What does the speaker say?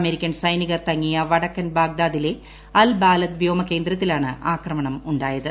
American സൈനികർ തങ്ങിയ വടക്കൻ ബാഗ്ദാദിലെ അൽ ബാലദ് വ്യോമ കേന്ദ്രത്തിലാണ് അക്രമണം ഉ ായത്